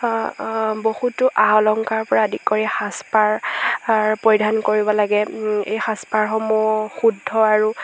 বহুতো আ অলংকাৰপৰা আদি কৰি সাজপাৰ পৰিধান কৰিব লাগে এই সাজপাৰসমূহ শুদ্ধ আৰু